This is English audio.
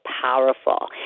powerful